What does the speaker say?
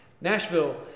Nashville